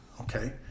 okay